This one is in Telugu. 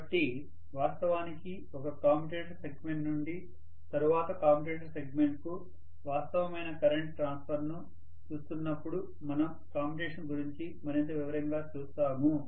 కాబట్టి వాస్తవానికి ఒక కమ్యుటేటర్ సెగ్మెంట్ నుండి తరువాతి కమ్యుటేటర్ సెగ్మెంట్ కు వాస్తవమైన కరెంట్ ట్రాన్స్ఫర్ ను చూస్తున్నప్పుడు మనం కమ్యుటేషన్ గురించి మరింత వివరంగా చూస్తాము